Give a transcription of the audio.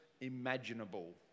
imaginable